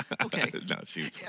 Okay